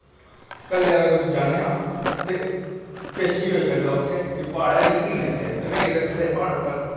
कल्ले अगर तुस जन्ने नां ते कि किश बी होई सकदा उत्थै रिस्क नेंई लैना उत्थै ते में गेदा खड़े प्हाड़ उप्पर